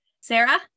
Sarah